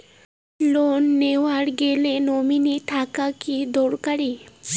Loan নেওয়ার গেলে nominee থাকা কি দরকারী?